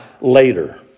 later